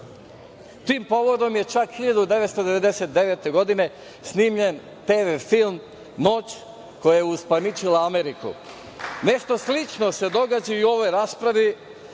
Tim povodom je čak 1999. godine snimljen TV film „Noć“ koja je uspaničila Ameriku. Nešto slično se događa i u ovoj raspravi,